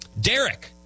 Derek